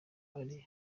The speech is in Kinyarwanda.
ari